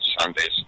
Sundays